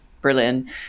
Berlin